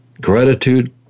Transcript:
Gratitude